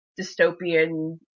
dystopian